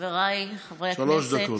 חבריי חברי הכנסת,